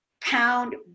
pound